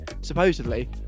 supposedly